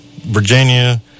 Virginia